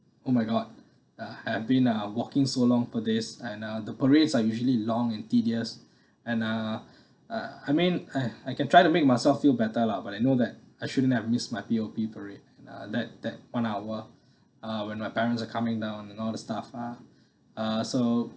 oh my god uh I have been uh walking so long for days and uh the parades are usually in long and tedious and uh uh I mean I I can try to make myself feel better lah but I know that I shouldn't have miss my P_O_P parade uh that that one hour uh when my parents are coming down and all the stuff ah uh so